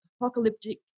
apocalyptic